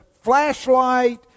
flashlight